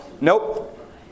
Nope